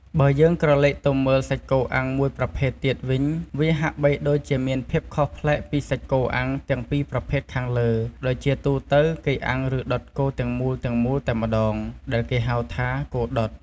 បើយើងក្រឡេកទៅមើលសាច់គោអាំងមួយប្រភេទទៀតវិញ វាហាក់បីដូចជាមានភាពខុសប្លែកពីសាច់គោអាំងទាំងពីរប្រភេទខាងលើ ដោយជាទូទៅគេអាំងឬដុតគោទាំងមូលៗតែម្ដង ដែលគេហៅថា គោដុត។